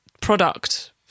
product